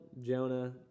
Jonah